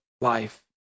life